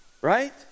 right